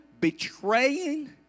betraying